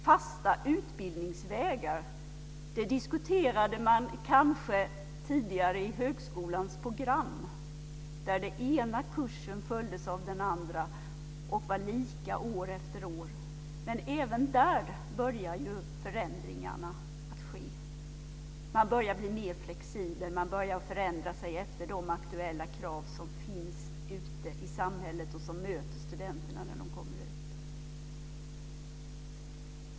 Fasta utbildningsvägar diskuterade man kanske tidigare i högskolans program, där den ena kursen följdes av den andra och de var lika år efter år. Men även där börjar ju förändringarna att ske. Man börjar bli mer flexibel. Man börjar förändra sig efter de aktuella krav som finns ute i samhället och som möter studenterna när de kommer ut.